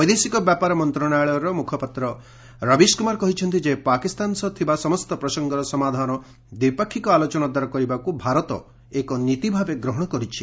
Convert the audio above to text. ବୈଦେଶିକ ବ୍ୟାପାର ମନ୍ତ୍ରଣାଳୟର ମୁଖପାତ୍ର ରବିଶ କୁମାର କହିଛନ୍ତି ଯେ ପାକିସ୍ତାନ ସହ ଥିବା ସମସ୍ତ ପ୍ରସଙ୍ଗର ସମାଧାନ ଦ୍ୱିପାକ୍ଷିକ ଆଲୋଚନା ଦ୍ୱାରା କରିବାକୁ ଭାରତ ଏକ ନୀତି ଭାବେ ଗ୍ରହଣ କରିଛି